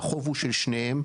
והחוק הוא של שניהם,